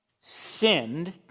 sinned